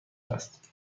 است